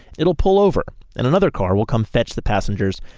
it will pull over and another car will come fetch the passengers,